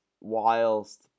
whilst